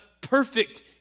perfect